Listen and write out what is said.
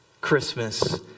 Christmas